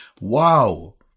wow